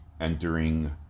entering